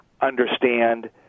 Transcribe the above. understand